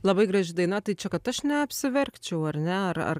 labai graži daina tai čia kad aš neapsiverkčiau ar ne ar ar